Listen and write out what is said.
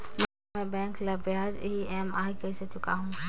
मैं बैंक ला ब्याज ई.एम.आई कइसे चुकाहू?